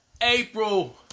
April